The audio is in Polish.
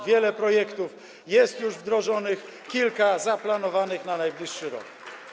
Wiele projektów jest już wdrożonych, kilka - zaplanowanych na najbliższy rok.